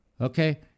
okay